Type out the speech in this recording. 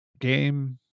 game